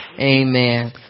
Amen